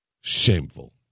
Shameful